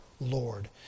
Lord